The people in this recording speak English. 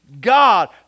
God